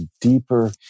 deeper